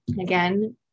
Again